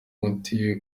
muti